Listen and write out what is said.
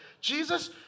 Jesus